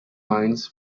minds